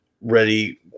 ready